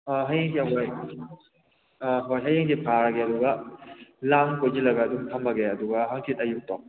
ꯑꯥ ꯍꯌꯦꯡꯗꯤ ꯑꯩꯈꯣꯏ ꯑꯥ ꯍꯣꯏ ꯍꯌꯦꯡꯗꯤ ꯐꯥꯔꯒꯦ ꯑꯗꯨꯒ ꯂꯥꯡ ꯀꯣꯏꯁꯤꯜꯂꯒ ꯑꯗꯨꯝ ꯊꯝꯃꯒꯦ ꯑꯗꯨꯒ ꯍꯪꯆꯤꯠ ꯑꯌꯨꯛꯇꯣ